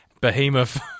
Behemoth